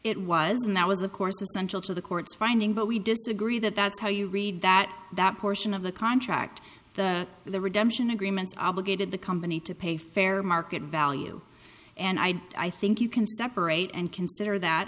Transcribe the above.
it was and that was of course essential to the court's finding but we disagree that that's how you read that that portion of the contract the the redemption agreement obligated the company to pay fair market value and i i think you can separate and consider that